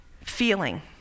feeling